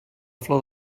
flor